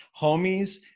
homies